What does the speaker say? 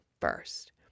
first